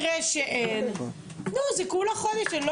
זה סך הכול חודש.